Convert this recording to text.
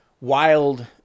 wild